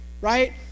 Right